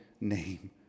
name